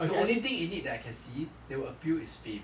the only thing you need that I can see that will appeal is fame